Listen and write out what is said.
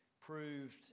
proved